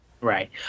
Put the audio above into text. Right